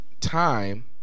time